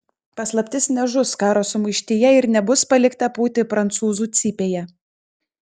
paslaptis nežus karo sumaištyje ir nebus palikta pūti prancūzų cypėje